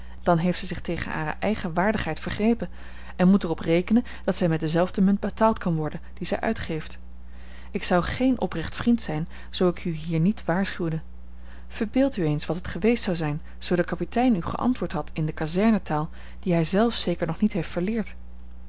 dan heeft zij zich tegen hare eigene waardigheid vergrepen en moet er op rekenen dat zij met dezelfde munt betaald kan worden die zij uitgeeft ik zou geen oprecht vriend zijn zoo ik u hier niet waarschuwde verbeeld u eens wat het geweest zou zijn zoo de kapitein u geantwoord had in de kazernetaal die hij zelf zeker nog niet heeft verleerd